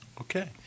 Okay